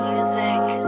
Music